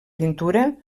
pintura